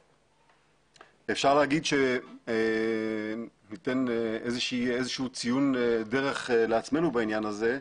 אפשר להגיד שניתן איזשהו ציון דרך לעצמו בעניין הזה,